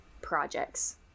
projects